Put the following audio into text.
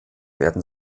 werden